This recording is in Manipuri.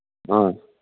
ꯑꯥ